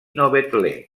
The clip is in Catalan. novetlè